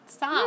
Stop